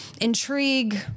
intrigue